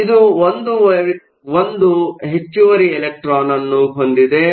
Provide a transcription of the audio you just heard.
ಆದ್ದರಿಂದ ಇದು 1 ಹೆಚ್ಚುವರಿ ಎಲೆಕ್ಟ್ರಾನ್ ಹೊಂದಿದೆ